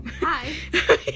hi